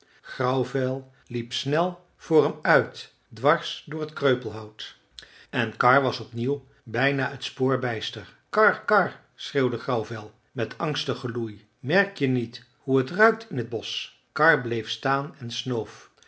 grauwvel liep snel voor hem uit dwars door het kreupelhout en karr was opnieuw bijna het spoor bijster karr karr schreeuwde grauwvel met angstig geloei merk je niet hoe het ruikt in t bosch karr bleef staan en snoof